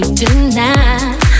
tonight